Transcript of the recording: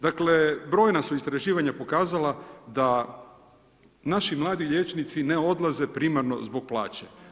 Dakle, brojna su istraživanja pokazala da naši mladi liječnici ne odlaze primarno zbog plaće.